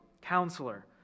Counselor